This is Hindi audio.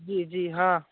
जी जी हाँ